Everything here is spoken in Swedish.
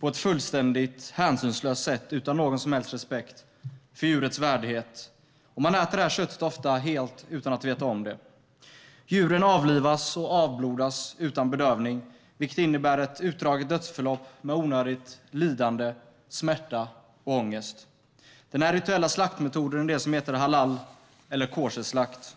på ett fullständigt hänsynslöst sätt utan någon som helst respekt för djurets värdighet, och man äter det här köttet ofta helt utan att veta om det. Djuren avlivas och avblodas utan bedövning, vilket innebär ett utdraget dödsförlopp med onödigt lidande, smärta och ångest. Den här rituella slaktmetoden är det som heter halal eller kosherslakt.